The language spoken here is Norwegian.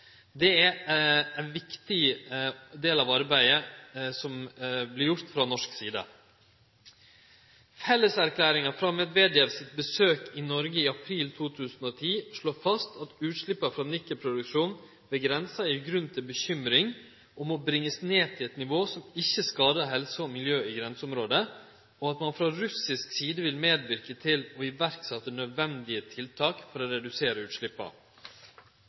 Det er ein viktig del av arbeidet som vert gjort frå norsk side. Felleserklæringa frå Medvedev sitt besøk i Noreg i april 2010 slår fast at utsleppa frå nikkelproduksjonen ved grensa gjev grunn til bekymring og må bringast ned til eit nivå som ikkje skader helse og miljø i grenseområdet, og at ein frå russisk side vil medverke til å iverksetje nødvendige tiltak for å redusere